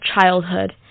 childhood